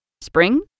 Spring